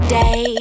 day